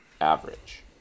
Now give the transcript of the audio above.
average